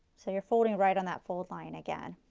so you are folding right on that fold line again.